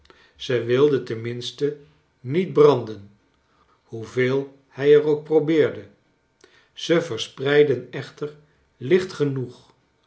ze wilden tenminste niet branden hoeveel hij er ook probeerde ze verspreidden echter licht genoeg